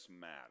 matter